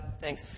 thanks